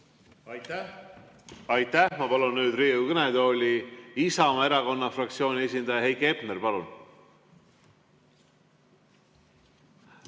Aitäh! Aitäh! Ma palun nüüd Riigikogu kõnetooli Isamaa Erakonna fraktsiooni esindaja Heiki Hepneri. Palun!